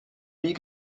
wie